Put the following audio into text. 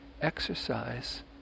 exercise